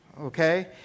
okay